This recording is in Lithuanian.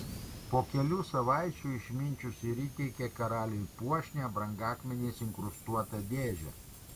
po kelių savaičių išminčius ir įteikė karaliui puošnią brangakmeniais inkrustuotą dėžę